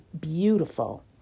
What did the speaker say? beautiful